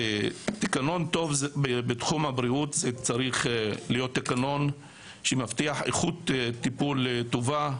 תקנון טוב בתחום הבריאות צריך להיות תקנון שמבטיח איכות טיפול טובה,